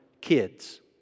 kids